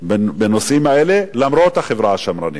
בנושאים האלה, למרות החברה השמרנית.